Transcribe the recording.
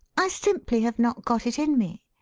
i simply have not got it in me.